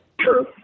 true